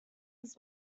his